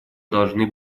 должны